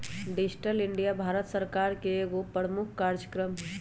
digital India Bharat सरकार का एगो प्रमुख काजक्रम हइ